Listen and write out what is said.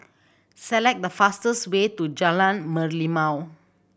select the fastest way to Jalan Merlimau